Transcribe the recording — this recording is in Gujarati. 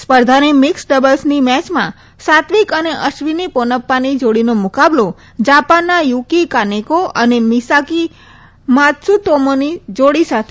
સ્પર્ધાની મિકસ ડબલ્સની મેચમાં સાત્વિક અને અશ્વિની પોનપ્પાની જોડીનો મુકાબલો જાપાનના યુકી કાનેકો અને મિસાકી માત્સુતોમોની જોડી સાથે થશે